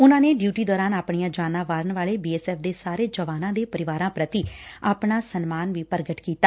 ਉਨਾਂ ਨੇ ਡਿਉਟੀ ਦੌਰਾਨ ਆਪਣੀਆਂ ਜਾਨਾਂ ਵਾਰਨ ਵਾਲੇ ਬੀ ਐਸ ਐਫ਼ ਦੇ ਸਾਰੇ ਜਵਾਨਾਂ ਦੇ ਪਰਿਵਾਰਾਂ ਪ੍ਰਤੀ ਆਪਣਾ ਸਨਮਾਨ ਪੁਗਟ ਕੀਤਾ